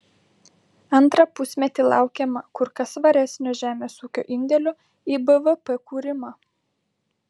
antrą pusmetį laukiama kur kas svaresnio žemės ūkio indėlio į bvp kūrimą